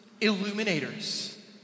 illuminators